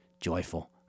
joyful